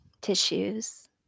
tissues